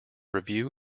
review